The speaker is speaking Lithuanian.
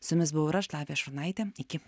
su jumis buvau ir aš lavija šurnaitė iki